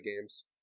games